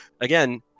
again